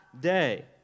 day